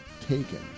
taken